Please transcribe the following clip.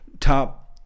top